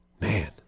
man